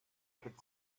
could